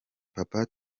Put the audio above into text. papa